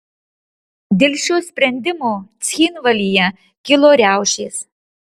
dėl šio sprendimo cchinvalyje kilo riaušės